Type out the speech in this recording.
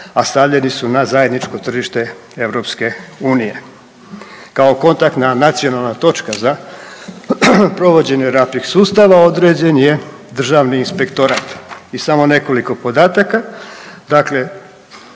a stavljeni su na zajedničko tržište EU. Kao kontaktna nacionalna točka za provođenje RAPIX sustava određen je državni inspektorat. I samo nekoliko podataka,